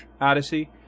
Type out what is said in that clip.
odyssey